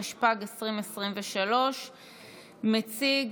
התשפ"ג 2023. מציג